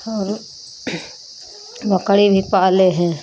और उ बकरी भी पाले हैं